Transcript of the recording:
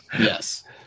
Yes